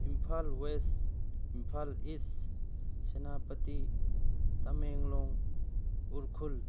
Imphal west Imphal east Senapati Tamenglong Ukhrul